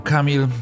Kamil